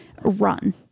run